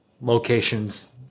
locations